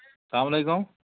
سَلام علیکُم